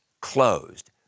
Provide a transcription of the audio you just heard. closed